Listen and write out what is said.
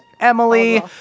emily